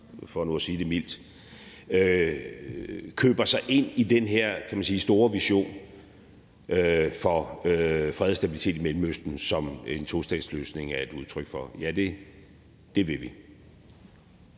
for nu at sige det mildt, køber sig ind i den her store vision for fred og stabilitet i Mellemøsten, som en tostatsløsning er et udtryk for. Ja, det vil vi.